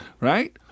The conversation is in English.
right